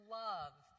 love